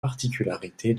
particularités